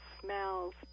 smells